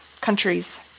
countries